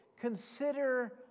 consider